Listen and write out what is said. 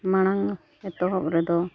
ᱢᱟᱲᱟᱝ ᱮᱛᱚᱦᱚᱵ ᱨᱮᱫᱚ